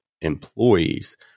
employees